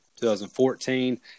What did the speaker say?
2014